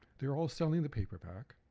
they're all selling the paperback,